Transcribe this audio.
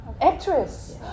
Actress